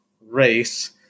race